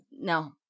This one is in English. No